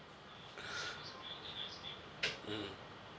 mm